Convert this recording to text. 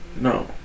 No